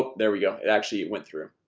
there we go. it actually it went through.